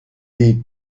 des